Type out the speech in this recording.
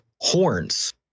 horns